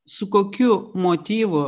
su kokiu motyvu